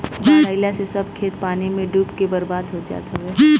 बाढ़ आइला से सब खेत पानी में डूब के बर्बाद हो जात हवे